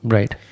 Right